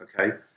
Okay